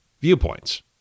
viewpoints